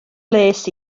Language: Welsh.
les